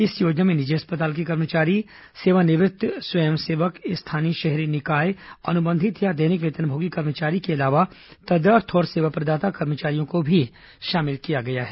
इस योजना में निजी अस्पताल के कर्मचारी सेवानिवृत्त स्वयंसेवक स्थानीय शहरी निकाय अनुबंधित या दैनिक वेतनभोगी कर्मचारी के अलावा तदर्थ और सेवा प्रदाता कर्मचारियों को भी शामिल किया गया है